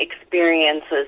experiences